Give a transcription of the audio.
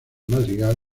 madrigal